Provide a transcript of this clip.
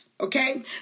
Okay